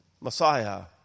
Messiah